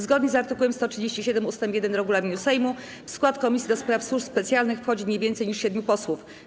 Zgodnie z art. 137 ust. 1 regulaminu Sejmu w skład Komisji do Spraw Służb Specjalnych wchodzi nie więcej niż siedmiu posłów.